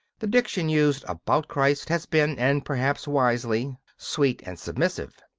the diction used about christ has been, and perhaps wisely, sweet and submissive.